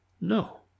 no